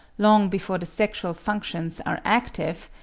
long before the sexual functions are active,